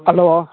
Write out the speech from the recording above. hello